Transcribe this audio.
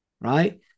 right